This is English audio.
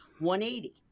180